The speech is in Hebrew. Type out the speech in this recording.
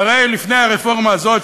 והרי לפני הרפורמה הזאת,